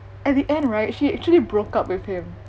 at the end right she actually broke up with him